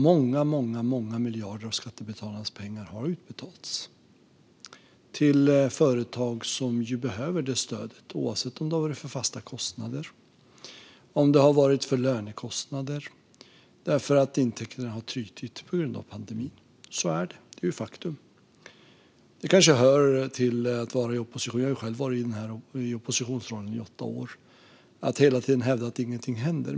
Många miljarder av skattebetalarnas pengar har utbetalats till företag som behöver stöd, antingen det har varit för fasta kostnader eller för lönekostnader när intäkterna har trutit på grund av pandemin. Så är det; det är ju ett faktum. Jag har ju själv varit i oppositionsrollen i åtta år, och det kanske hör till oppositionsrollen att hela tiden hävda att ingenting händer.